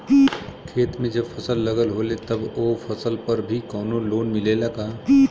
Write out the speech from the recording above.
खेत में जब फसल लगल होले तब ओ फसल पर भी कौनो लोन मिलेला का?